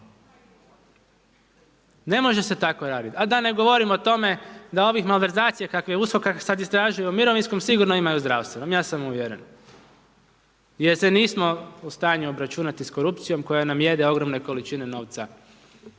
Ne može se tako raditi. A da ne govorimo o tome da ovih malverzacija kakve USKOK kakve sada istražuje o mirovinskom, sigurno ima i u zdravstvenom, ja sam uvjeren. Jer se nismo u stanju obračunati sa korupcijom koja nam jede ogromne količine novca